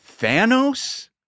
Thanos